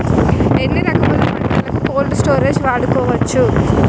ఎన్ని రకములు పంటలకు కోల్డ్ స్టోరేజ్ వాడుకోవచ్చు?